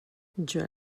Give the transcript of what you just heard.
gwall